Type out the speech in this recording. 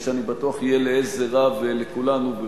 שאני בטוח שיהיה לעזר רב לכולנו.